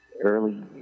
early